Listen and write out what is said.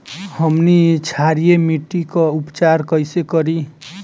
हमनी क्षारीय मिट्टी क उपचार कइसे करी?